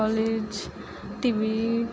college TV